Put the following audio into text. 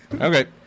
Okay